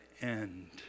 end